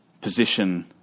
position